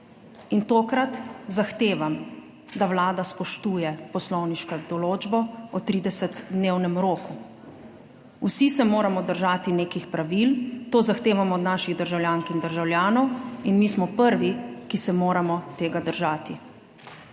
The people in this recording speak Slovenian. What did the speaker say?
in tokrat zahtevam, da vlada spoštuje poslovniško določbo o 30-dnevnem roku. Vsi se moramo držati nekih pravil, to zahtevamo od naših državljank in državljanov in mi smo prvi, ki se moramo tega držati.